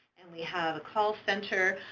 we have a call center.